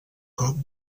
cop